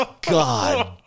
god